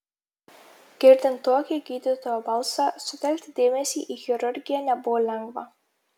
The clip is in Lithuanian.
girdint tokį gydytojo balsą sutelkti dėmesį į chirurgiją nebuvo lengva